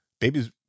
babies